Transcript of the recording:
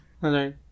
Right